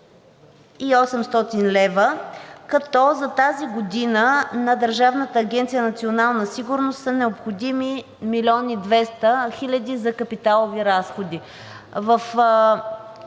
и 800 лв., като за тази година на Държавна агенция „Национална сигурност“ са необходими 1 млн. и 200 хил. лв. за капиталови разходи.